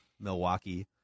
Milwaukee